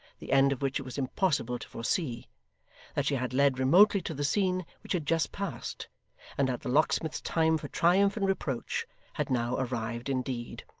the end of which it was impossible to foresee that she had led remotely to the scene which had just passed and that the locksmith's time for triumph and reproach had now arrived indeed.